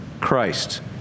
Christ